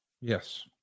Yes